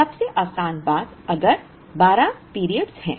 तो सबसे आसान बात अगर 12 पीरियड्स हैं